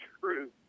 truth